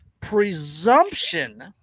presumption